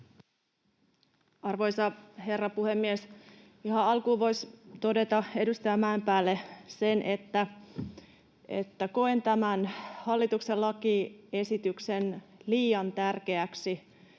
Arvoisa herra puhemies! Ihan alkuun voisi todeta edustaja Mäenpäälle sen, että koen tämän hallituksen lakiesityksen liian tärkeäksi